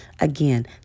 Again